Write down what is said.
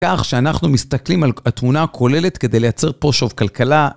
כך שאנחנו מסתכלים על התמונה הכוללת כדי לייצר פה שוב כלכלה.